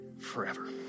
forever